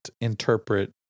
interpret